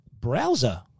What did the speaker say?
browser